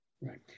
Right